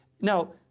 Now